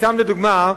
סתם לדוגמה,